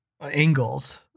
angles